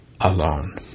alone